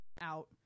out